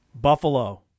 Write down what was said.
Buffalo